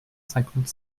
cinquante